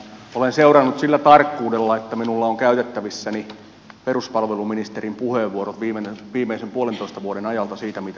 olen seurannut sillä tarkkuudella että minulla on käytettävissäni peruspalveluministerin puheenvuorot viimeisen puolentoista vuoden ajalta siitä mitä on tapahtunut